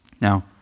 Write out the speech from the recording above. Now